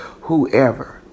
whoever